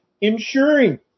ensuring